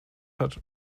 hat